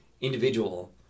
individual